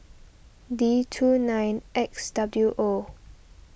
D two nine X W O